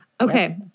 okay